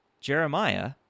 Jeremiah